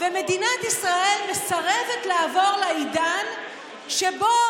ומדינת ישראל מסרבת לעבור לעידן שבו